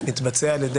הוא כבר עבר